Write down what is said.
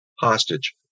hostage